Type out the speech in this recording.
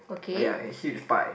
oh ya it's huge pie